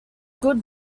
good